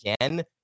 again